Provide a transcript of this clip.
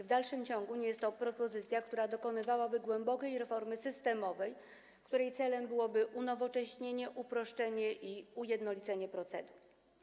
W dalszym ciągu nie jest to propozycja, która dokonywałaby głębokiej reformy systemowej, której celem byłoby unowocześnienie, uproszczenie i ujednolicenie procedur.